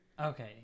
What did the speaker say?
okay